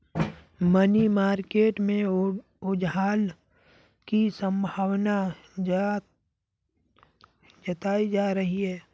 money market में उछाल की संभावना जताई जा रही है